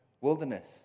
wilderness